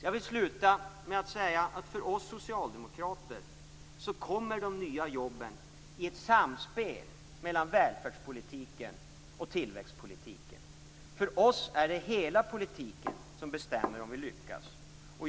Jag vill avsluta med att säga att för oss socialdemokrater kommer de nya jobben genom ett samspel mellan välfärdspolitiken och tillväxtpolitiken. För oss är det hela politiken som bestämmer om vi lyckas.